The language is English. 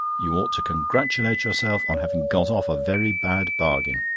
you ought to congratulate yourself on having got off a very bad bargain.